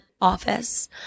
office